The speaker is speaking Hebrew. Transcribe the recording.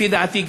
לפי דעתי,